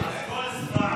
לא הבנתי את ההשוואה